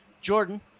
Jordan